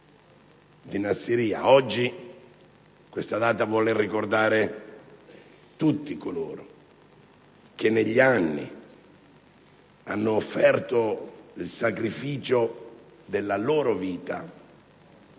di Nassiriya. Questa data vuole oggi ricordare tutti coloro che negli anni hanno offerto il sacrificio della loro vita